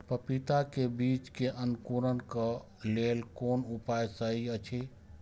पपीता के बीज के अंकुरन क लेल कोन उपाय सहि अछि?